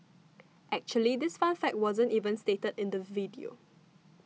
actually this fun fact wasn't even stated in the video